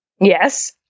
yes